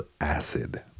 acid